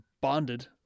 bonded